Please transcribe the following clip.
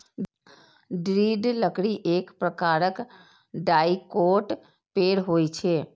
दृढ़ लकड़ी एक प्रकारक डाइकोट पेड़ होइ छै